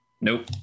Nope